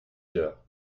heures